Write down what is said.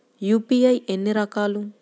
UPI ఎన్ని రకాలు?